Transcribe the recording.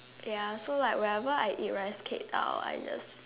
ya so like whenever I eat rice cake I'll just